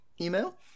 email